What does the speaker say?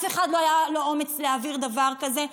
לאף אחד לא היה אומץ להעביר דבר כזה,